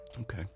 Okay